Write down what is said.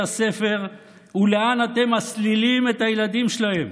הספר ולאן אתם מסלילים את הילדים שלהם?